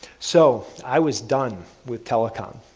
so, i was done with telecom.